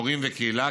הורים וקהילה,